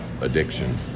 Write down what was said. addiction